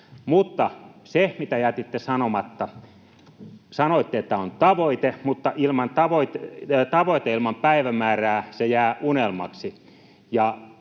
Mutta se, mitä jätitte sanomatta: Sanoitte, että on tavoite, mutta tavoite ilman päivämäärää jää unelmaksi.